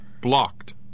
Blocked